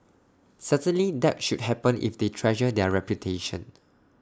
certainly that should happen if they treasure their reputation